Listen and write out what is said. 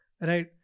right